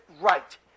right